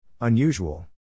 Unusual